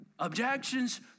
objections